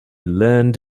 learned